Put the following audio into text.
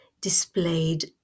displayed